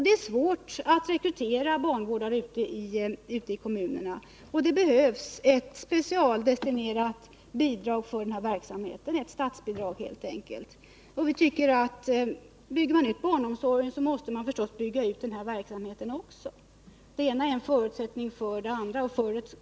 Det är svårt att rekrytera barnvårdare ute i kommunerna, och det behövs ett specialdestinerat bidrag för denna verksamhet, helt enkelt ett statsbidrag. Bygger man ut barnomsorgen måste man naturligtvis bygga ut även denna verksamhet. Det ena är en förutsättning för det andra.